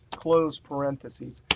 close parentheses,